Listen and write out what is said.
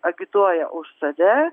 agituoja už save